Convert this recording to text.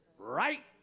Right